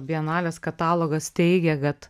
bienalės katalogas teigia kad